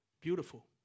beautiful